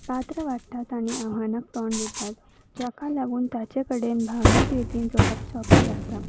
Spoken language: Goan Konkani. पात्र वाडटात आनी आव्हानाक तोंड दितात जाका लागून ताचे कडेन भावनीक रितीन जोडप सोंपें जाता